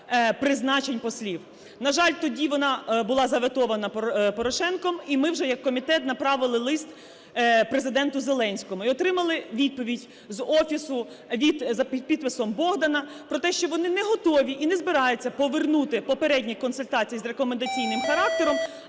На жаль, тоді вона була заветована Порошенком, і ми вже як комітет направили лист Президенту Зеленському. І отримали відповідь з Офісу від… за підписом Богдана про те, що вони не готові і не збираються повернути попередні консультації з рекомендаційним характером,